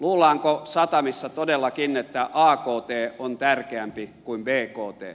luullaanko satamissa todellakin että akt on tärkeämpi kuin bkt